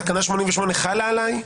תקנה 88 חלה עליי?